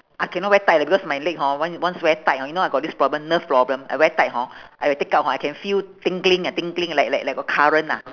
I cannot wear tight ah because my leg hor once once wear tight hor you know I got this problem nerve problem I wear tight hor I take out hor I can feel tingling uh tingling like like like got current ah